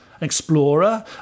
explorer